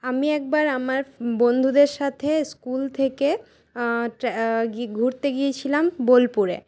আমি একবার আমার বন্ধুদের সাথে স্কুল থেকে ঘুরতে গিয়েছিলাম বোলপুরে